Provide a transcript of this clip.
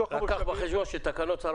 בתוך המושבים --- רק קח בחשבון שתקנות צער